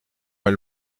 elle